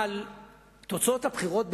אבל תוצאות הבחירות,